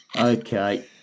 Okay